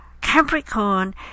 capricorn